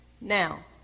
Now